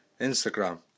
Instagram